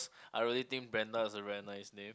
I really think Brenda is a very nice name